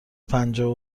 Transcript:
پنجاه